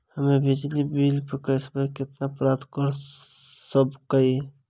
हम्मे बिजली बिल प कैशबैक केना प्राप्त करऽ सकबै?